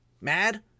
Mad